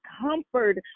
comfort